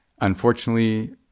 Unfortunately